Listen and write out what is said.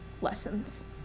lessons